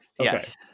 Yes